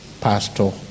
pastor